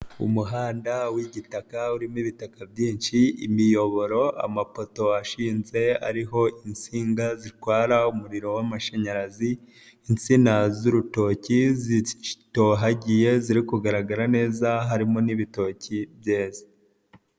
Umuhanda w'igitaka urimo ibitaka byinshi, imiyoboro, amapoto ashinze ariho insinga zitwara umuriro w'amashanyarazi, insina z'urutoki zitohagiye ziri kugaragara neza harimo n'ibitoki byeze.